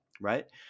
right